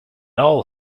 all